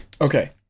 okay